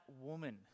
woman